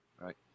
Right